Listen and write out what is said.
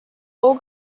all